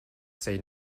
say